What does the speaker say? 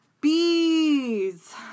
bees